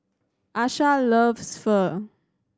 Asha loves Pho